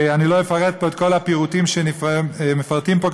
אני לא אפרט פה את כל הפירוט שמפרטים פה,